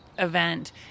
event